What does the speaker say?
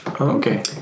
Okay